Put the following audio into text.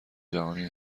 جهانی